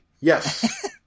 Yes